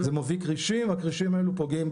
זה מביא כרישים והכרישים האלו פוגעים,